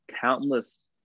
countless